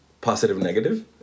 positive-negative